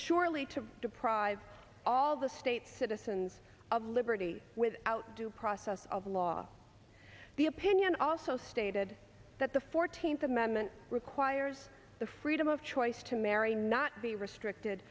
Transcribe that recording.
surely to deprive all the state citizens of liberty without due process of law the opinion also stated that the fourteenth amendment requires the freedom of choice to marry not be restricted